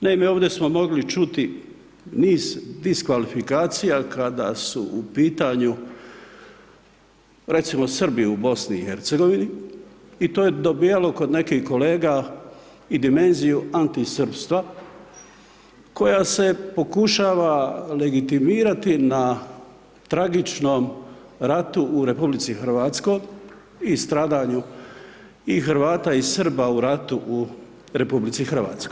Naime, ovdje smo mogli čuti niz diskvalifikacija kada su u pitanju, recimo, Srbi u BiH i to je dobijalo kod nekih kolega i dimenziju antisrpstva koja se pokušava legitimirati na tragičnom ratu u RH i stradanju i Hrvata i Srba u ratu u RH.